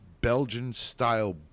Belgian-style